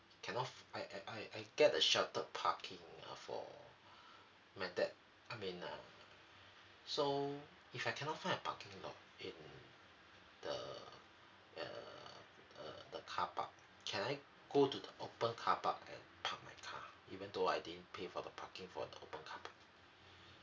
cannot f~ I I I I get the sheltered parking uh for my dad I mean uh so if I cannot find a parking lot in the uh uh the car park can I go to the open car park and park my car even though I didn't pay for the parking for the open car park